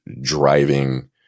driving